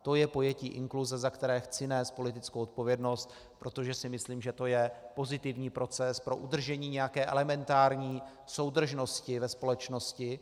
To je pojetí inkluze, za které chci nést politickou odpovědnost, protože si myslím, že to je pozitivní proces pro udržení nějaké elementární soudržnosti ve společnosti.